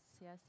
yes